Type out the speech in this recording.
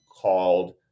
called